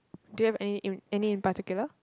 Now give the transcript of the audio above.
do you have any in any in particular